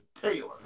Taylor